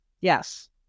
Yes